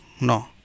no